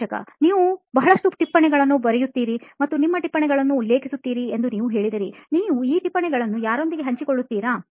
ಸಂದರ್ಶಕ ನೀವು ಬಹಳಷ್ಟು ಟಿಪ್ಪಣಿಗಳನ್ನು ಬರೆಯುತ್ತೀರಿ ಮತ್ತು ನಿಮ್ಮ ಟಿಪ್ಪಣಿಗಳನ್ನು ಉಲ್ಲೇಖಿಸುತ್ತೀರಿ ಎಂದು ನೀವು ಹೇಳಿದಿರಿ ನೀವು ಈ ಟಿಪ್ಪಣಿಗಳನ್ನು ಯಾರೊಂದಿಗೂ ಹಂಚಿಕೊಳ್ಳುತ್ತೀರಾ